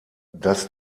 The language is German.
das